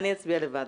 אני אצביע לבד.